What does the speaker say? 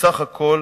בסך הכול